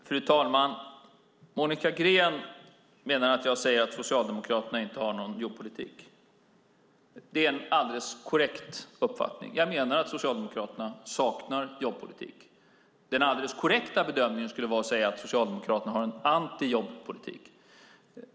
Fru talman! Monica Green menar att jag säger att Socialdemokraterna inte har någon jobbpolitik. Det är en alldeles korrekt uppfattning. Jag menar att Socialdemokraterna saknar jobbpolitik. Den helt korrekta bedömningen skulle vara att säga att Socialdemokraterna har en antijobbpolitik.